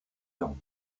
gens